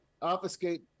obfuscate